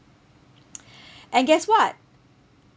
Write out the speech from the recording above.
and guess what